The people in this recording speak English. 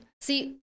See